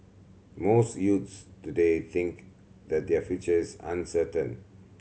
most youths today think that their future is uncertain